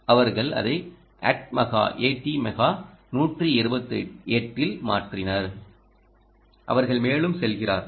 அவர்கள் அதை ATmega 128 ஆல் மாற்றினர் அவர்கள் மேலும் செல்கிறார்கள்